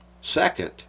Second